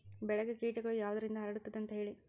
ಬೆಳೆಗೆ ಕೇಟಗಳು ಯಾವುದರಿಂದ ಹರಡುತ್ತದೆ ಅಂತಾ ಹೇಳಿ?